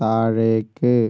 താഴേക്ക്